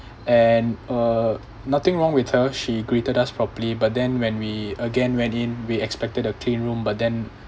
and uh nothing wrong with her she greeted us properly but then when we again went in we expected a clean room but then